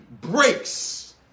breaks